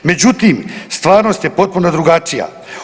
Međutim, stvarnost je potpuno drugačija.